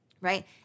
right